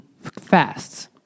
fasts